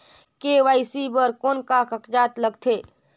KYC बर कौन का कागजात लगथे?